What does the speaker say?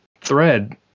thread